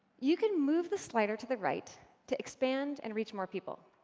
you can move the slider to the right to expand and reach more people.